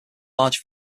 large